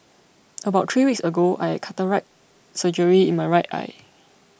about three weeks ago I had cataract surgery in my right eye